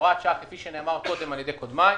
הוראה שעה כפי שנאמר קודם על-ידי קודמיי,